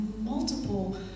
multiple